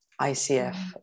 ICF